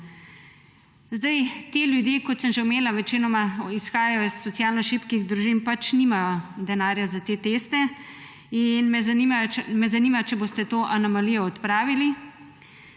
nudijo. Ti ljudje, kot sem že omenila, večinoma izhajajo iz socialno šibkih družin in nimajo denarja za te teste. Zanima me: Ali boste to anomalijo odpravili?